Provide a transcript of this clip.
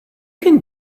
can